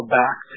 back